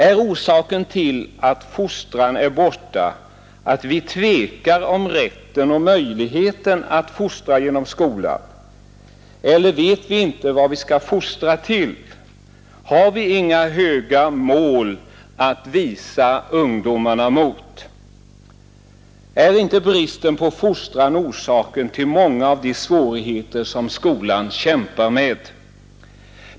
Är orsaken till att fostran är borta, att vi tvekar om rätten och möjligheten att fostra genom skolan, eller vet vi inte vad vi skall fostra till? Har vi inga höga mål att visa ungdomarna mot? Är inte bristen på fostran orsaken till många av de svårigheter som skolan kämpar med?